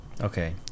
Okay